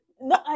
No